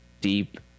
deep